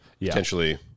potentially